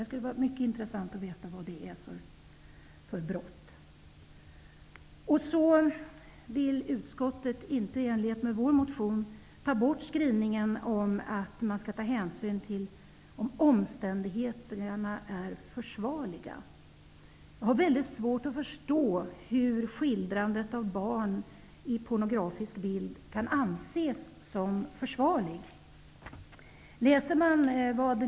Det skulle vara mycket intressant att veta vad det är för brott. Utskottet vill inte i enlighet med vår motion ta bort skrivningen att man skall ta hänsyn till om omständigheterna är försvarliga. Jag har mycket svårt att förstå hur skildrandet av barn i pornografisk bild kan anses som försvarligt.